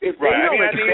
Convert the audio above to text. Right